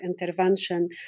intervention